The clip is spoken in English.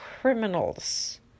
criminals